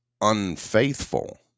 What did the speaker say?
unfaithful